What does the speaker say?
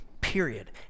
period